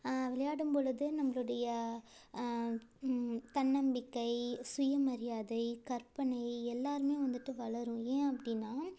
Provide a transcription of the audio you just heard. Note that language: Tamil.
விளையாடும்பொழுது நம்முடைய தன்னம்பிக்கை சுயமரியாதை கற்பனை எல்லாருமே வந்துட்டு வளரும் ஏன் அப்படின்னா